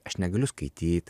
aš negaliu skaityt